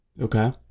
Okay